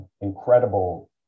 incredible